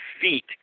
feet